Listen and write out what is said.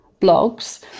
Blogs